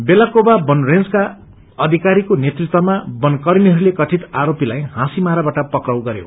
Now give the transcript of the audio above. वेलाकोवा वन रेजका अधिक्वरीको नेतृत्वमा वन कर्मीहरूले कथित आरोपीलाई हासीमारावाट फ्राउ गरयो